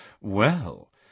Well